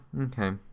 Okay